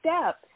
step